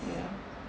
ya